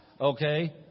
Okay